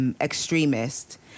extremist